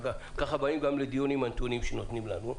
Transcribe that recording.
ככה גם באים לדיונים הנתונים שנותנים לנו.